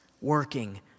working